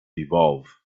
evolve